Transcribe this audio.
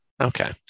Okay